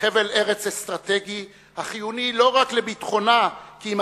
חבל ארץ אסטרטגי החיוני לא רק לביטחונה כי אם